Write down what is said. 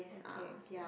okay okay